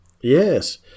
yes